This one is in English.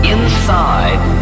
Inside